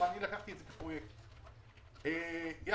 קיימנו אין-ספור דיונים בניסיון להגיע להבנות.